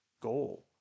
goal